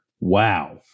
wow